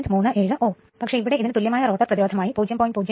പക്ഷെ ഇവിടെ നൽകിയിരിക്കുന്നു ഇതിന് തുല്യമായ റോട്ടർ പ്രതിരോധം ആയി 0